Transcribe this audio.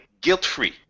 guilt-free